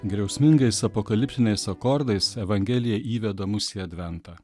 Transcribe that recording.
griausmingais apokaliptiniais akordais evangelija įveda mus į adventą